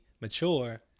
mature